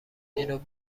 اینو